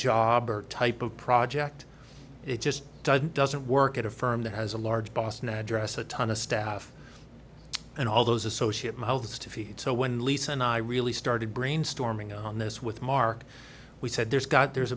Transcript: job or type of project it just doesn't doesn't work at a firm that has a large boston address a ton of staff and all those associate mouths to feed so when lisa and i really started brainstorming on this with mark we said there's got there's